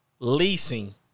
leasing